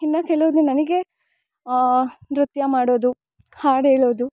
ಇನ್ನ ಕೆಲವೊಂದ್ ನನಗೆ ನೃತ್ಯ ಮಾಡೊದು ಹಾಡೇಳೊದು